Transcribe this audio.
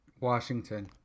Washington